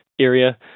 area